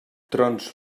trons